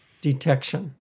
detection